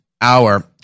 hour